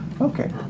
Okay